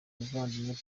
umuvandimwe